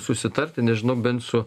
susitarti nežinau bent su